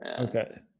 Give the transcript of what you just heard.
okay